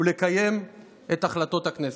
ולקיים את החלטות הכנסת.